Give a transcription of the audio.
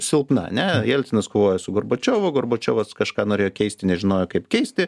silpna ane jelcinas kovojo su gorbačiovu gorbačiovas kažką norėjo keisti nežinojo kaip keisti